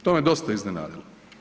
To me dosta iznenadilo.